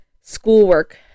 schoolwork